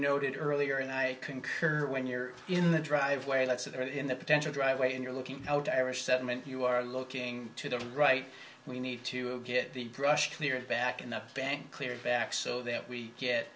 noted earlier and i concur when you're in the driveway lots of potential driveway and you're looking out irish settlement you are looking to the right we need to get the brush cleared back in the bank clear back so that we get